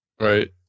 Right